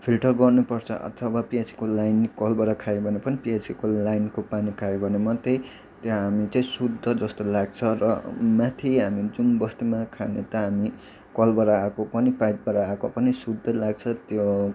filter गर्नुपर्छ अथवा पिएचईको लाइन कलबाट खायो भने पनि पिएचईको लाइनको पानी खायो भने मात्रै त्यहाँ हामी चाहिँ शुद्ध जस्तो लाग्छ र माथि हामी जुन बस्तीमा खाने त हामी कलबाट आएको पनि पाइपबाट आएको पनि शुद्ध लाग्छ त्यो